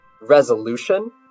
resolution